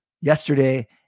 yesterday